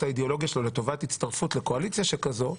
האידיאולוגיה שלו לטובת הצטרפות לקואליציה שכזו,